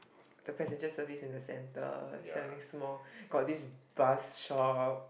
the passenger service is in the centre selling small got this Buzz shop